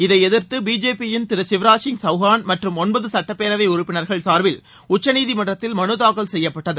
இதை எதிர்த்து பிஜேபியின் திரு சிவராஜ் சிங் சவுகாள் மற்றும் ஒன்பது சட்டப்பேரவை உறுப்பினர்கள் சார்பில் உச்சநீதிமன்றத்தில் மனு தாக்கல் செய்யப்பட்டது